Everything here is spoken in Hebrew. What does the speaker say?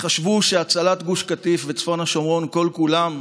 וחשבו שהצלת גוש קטיף וצפון השומרון, כל-כולם,